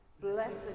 Blessed